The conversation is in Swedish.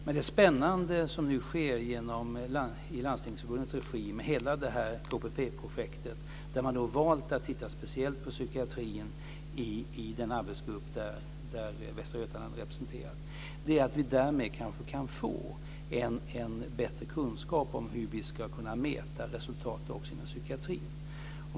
Men det är spännande som nu sker i Landstingsförbundets regi med KPP projektet, där man valt att titta speciellt på psykiatrin i den arbetsgrupp där Västra Götaland är representerat. Därmed kan vi kanske få en bättre kunskap om hur vi ska kunna mäta resultat även inom psykiatrin.